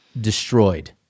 destroyed